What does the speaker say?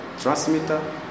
transmitter